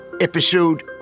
episode